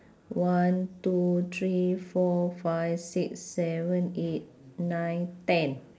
one two three four five six seven eight nine ten